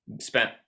spent